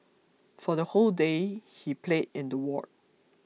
for the whole day he played in the ward